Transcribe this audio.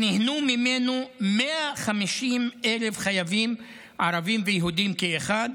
שנהנו ממנו 150,000 חייבים, ערבים ויהודים כאחד,